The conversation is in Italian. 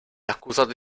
accusata